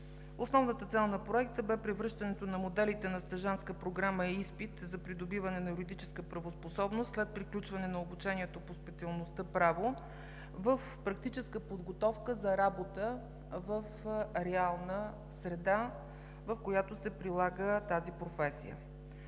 Основната цел на Проекта бе превръщането на моделите на стажантска програма и изпит за придобиване на юридическа правоспособност след приключване на обучението по специалността „Право“ в практическа подготовка за работа в реална среда, в която се прилага тази професия.